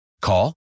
Call